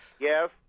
Yes